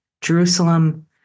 Jerusalem